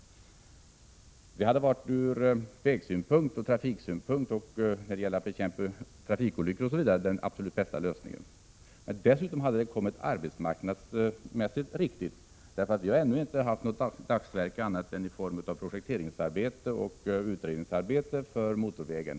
Det hade ur vägoch trafiksynpunkt och när det gäller att bekämpa trafikolyckor osv. varit den absolut bästa lösningen. Det hade dessutom skett vid en arbetsmarknadsmässigt riktig tidpunkt, eftersom vi ännu inte har fått något dagsverke annat än i form av projekteringsarbete och utredningsarbete för motorvägen.